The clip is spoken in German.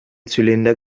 zylinder